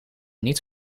niet